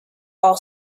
all